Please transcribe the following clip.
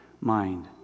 mind